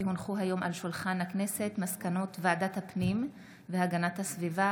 כי הונחו היום על שולחן הכנסת מסקנות ועדת הפנים והגנת הסביבה